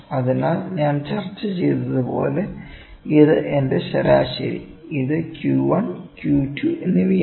അതിനാൽ ഞാൻ ചർച്ച ചെയ്തതുപോലെ ഇത് എന്റെ ശരാശരി ഇത് Q 1 Q 2 എന്നിവയാണ്